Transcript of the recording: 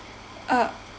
uh